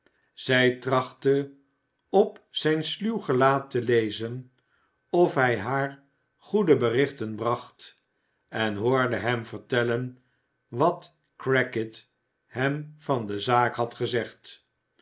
zij trachtte op zijn sluw gelaat te lezen of hij haar i goede berichten bracht en hoorde hem vertellen i wat crackit hem van de zaak had gezegd